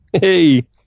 Hey